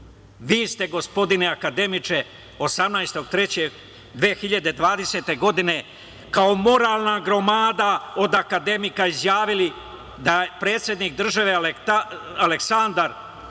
Vi ste gospodine akademiče 18.3.2020. godine kao moralna gromada od akademika izjavili da je predsednik države Aleksandar